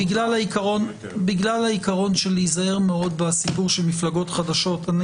בגלל העיקרון של להיזהר מאוד בסיפור של מפלגות חדשות,